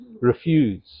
refuse